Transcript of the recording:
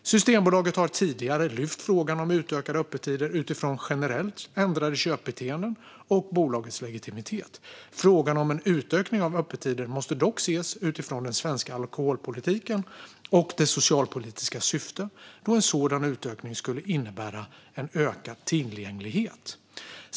Systembolaget har tidigare lyft frågan om utökade öppettider utifrån generellt ändrade köpbeteenden och bolagets legitimitet. Frågan om en utökning av öppettider måste dock ses utifrån den svenska alkoholpolitiken och dess socialpolitiska syfte, då en sådan utökning skulle innebära ökad tillgänglighet.